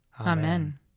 Amen